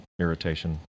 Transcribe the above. irritation